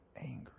angry